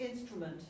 instrument